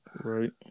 right